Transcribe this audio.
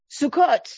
Sukkot